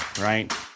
right